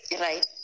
Right